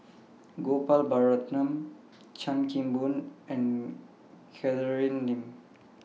Gopal Baratham Chan Kim Boon and Catherine Lim